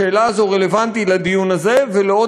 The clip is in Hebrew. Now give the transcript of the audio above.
השאלה הזאת רלוונטית לדיון הזה ולעוד